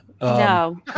No